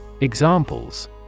Examples